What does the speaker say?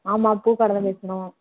ஆமாம் பூக்கடை தான் பேசுகிறோம்